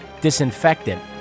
disinfectant